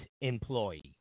employee